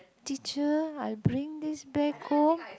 teacher I bring this back home